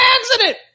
accident